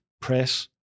press